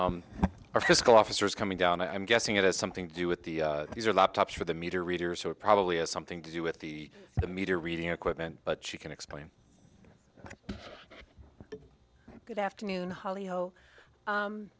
fiscal officer is coming down i'm guessing it has something to do with the these are laptops for the meter reader so it probably has something to do with the meter reading equipment but she can explain good afternoon